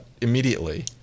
immediately